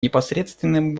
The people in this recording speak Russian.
непосредственным